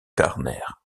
garner